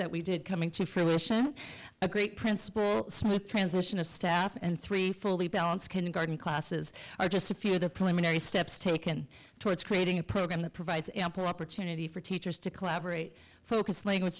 that we did coming to fruition a great principal smooth transition of staff and three fully balance kindergarten classes are just a few of the preliminary steps taken towards creating a program that provides ample opportunity for teachers to collaborate focus language